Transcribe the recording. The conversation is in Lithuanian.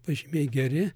pažymiai geri